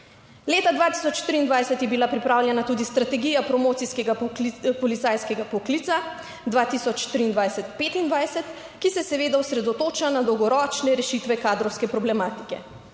Leta 2023 je bila pripravljena tudi strategija promocijskega policajskega poklica 2023-2025, ki se seveda osredotoča na dolgoročne rešitve kadrovske problematike.